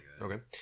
Okay